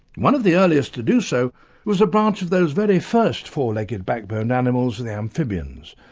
one of the earliest to do so was a branch of those very first four-legged backboned animals, the amphibians.